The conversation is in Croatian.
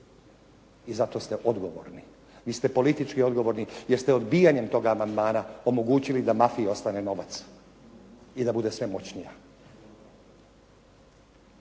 I zato ste odgovorni, vi ste politički odgovorni jer ste odbijanjem toga amandmana omogućili da mafiji ostane novac i da bude sve moćnija.